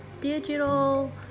digital